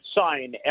sign